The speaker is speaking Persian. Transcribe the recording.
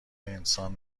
انسان